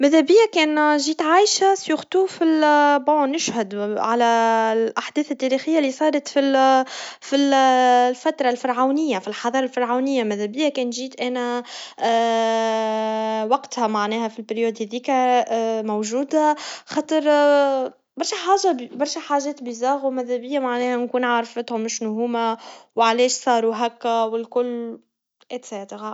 ماذا بيا كان جيت عايشا قبل كل شي في الماضي, نشهد على الأحداث التاريخيا اللي صرت فال- فال فترة الفرعوني, في الحضارا الفرعونيا, ماذا بيا كان جيت أنا وقتها معناها في الفترة هاذيكا, موجودا, خاطر برشا حاجا- برشا حاجات بيزاغ, وماذا بيا معناها نكون عارفتها مشن هما وعلاش هكا, والكل انتس اترغا.